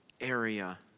area